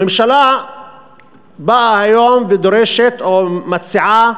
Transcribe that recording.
הממשלה באה היום ודורשת, או מציעה,